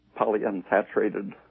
polyunsaturated